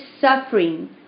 suffering